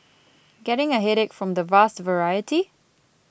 getting a headache from the vast variety